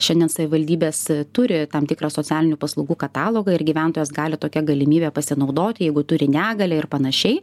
šiandien savivaldybės turi tam tikrą socialinių paslaugų katalogą ir gyventojas gali tokia galimybė pasinaudoti jeigu turi negalią ir panašiai